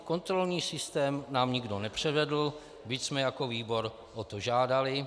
Kontrolní systém nám nikdo nepřevedl , byť jsme jako výbor o to žádali.